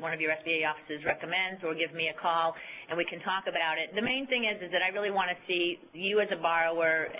one of your sba offices recommends, or give me a call and we can talk about it. the main thing is is that i really want to see you as a borrower,